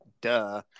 duh